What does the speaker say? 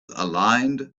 aligned